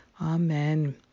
Amen